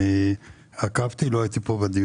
אני עקבתי, לא הייתי בדיונים,